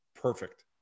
perfect